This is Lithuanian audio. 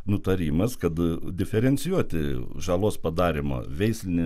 nutarimas kad diferencijuoti žalos padarymo veislinei